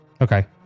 Okay